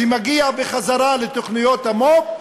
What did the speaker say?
שמגיע בחזרה לתוכניות המו"פ,